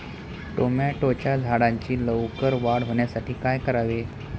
टोमॅटोच्या झाडांची लवकर वाढ होण्यासाठी काय करावे?